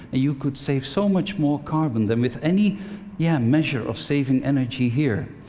you could save so much more carbon than with any yeah measure of saving energy here.